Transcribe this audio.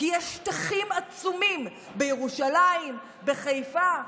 כי יש שטחים עצומים בירושלים, בחיפה,